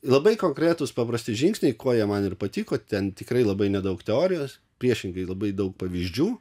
labai konkretūs paprasti žingsniai kuo jie man ir patiko ten tikrai labai nedaug teorijos priešingai labai daug pavyzdžių